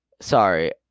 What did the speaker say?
Sorry